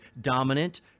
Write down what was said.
dominant